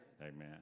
Amen